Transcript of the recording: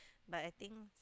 but I think